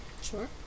Sure